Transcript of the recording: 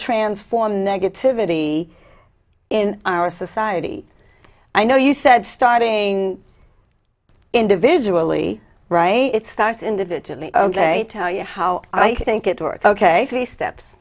transform negativity in our society i know you said starting individually right it starts individually ok tell you how i think it works ok three steps